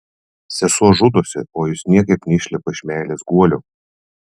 sesuo žudosi o jis niekaip neišlipa iš meilės guolio